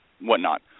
whatnot